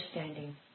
Understanding